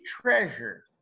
treasure